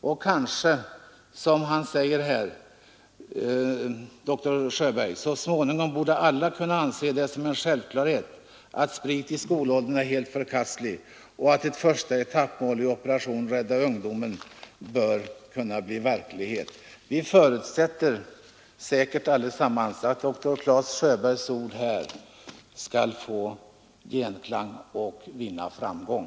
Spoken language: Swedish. Och, som dr Sjöberg säger: ”så småningom borde alla kunna anse det som en självklarhet att sprit i skolåldern är helt förkastligt. Kanske kunde det bli ett första etappmål i ”Operation Rädda Ungdomen”.” Vi förutsätter säkert allesammans att dr Clas Sjöbergs ord skall få genklang och vinna framgång.